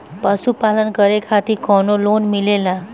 पशु पालन करे खातिर काउनो लोन मिलेला?